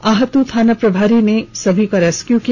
आहतु थाना प्रभारी ने सभी का रेस्क्यू किया